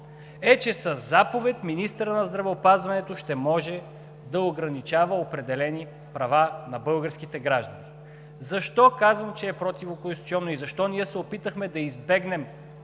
е, че със заповед министърът на здравеопазването ще може да ограничава определени права на българските граждани. Защо казвам, че е противоконституционно и защо ние се опитахме да избегнем